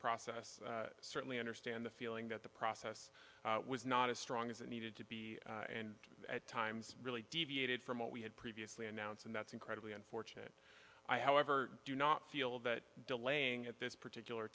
process certainly understand the feeling that the process was not as strong as it needed to be and at times really deviated from what we had previously announced and that's incredibly unfortunate i however do not feel that delaying at this particular